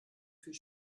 viel